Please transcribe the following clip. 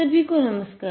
सभी को नमस्कार